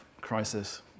crisis